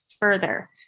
further